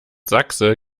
sachse